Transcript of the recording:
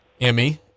Emmy